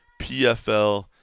PFL